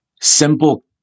simple